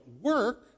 work